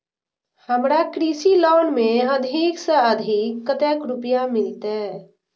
हमरा कृषि लोन में अधिक से अधिक कतेक रुपया मिलते?